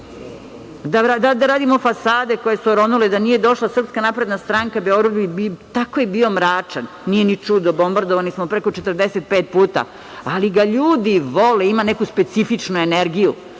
da radimo fasade koje su oronule. Da nije došla SNS, Beograd je tako bio mračan. Nije ni čudo, bombardovani smo preko 45 puta, ali ga ljudi vole, ima neku specifičnu energiju. Ko